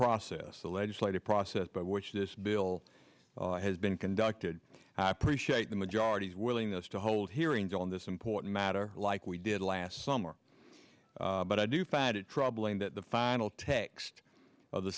process the legislative process by which this bill has been conducted i appreciate the majority's willingness to hold hearings on this important matter like we did last summer but i do find it troubling that the final text of the